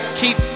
keep